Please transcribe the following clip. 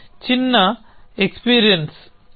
ఇది చిన్న ఎక్సర్సిస్